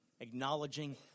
acknowledging